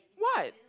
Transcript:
what